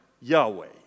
Yahweh